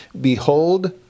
Behold